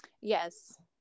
yes